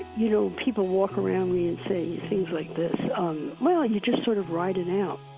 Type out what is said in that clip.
you know, people walk around me and say things like this um well, you just sort of ride it out.